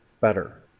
better